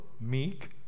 meek